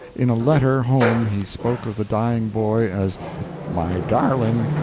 in a letter home he spoke of the dying boy as my darling,